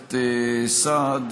הכנסת סעד,